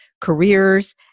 careers